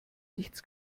nichts